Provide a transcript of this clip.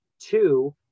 two